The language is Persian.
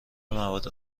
مواد